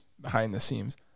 Behind-the-scenes